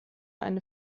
eine